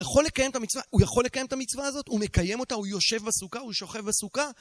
הוא יכול לקיים את המצווה הזאת, הוא מקיים אותה, הוא יושב בסוכה, הוא שוכב בסוכה